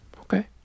Okay